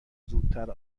زودتر